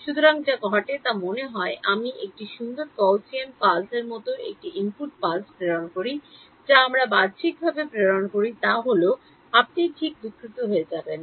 সুতরাং যা ঘটে তা মনে হয় আমি এই সুন্দর গাউসিয়ান ডালটির মতো একটি ইনপুট পালস প্রেরণ করি যা আমরা বাহ্যিকভাবে প্রেরণ করি তা হল আপনি ঠিক বিকৃত হয়ে যাবেন